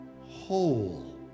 whole